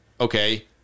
Okay